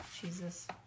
Jesus